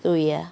对呀